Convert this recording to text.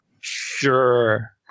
sure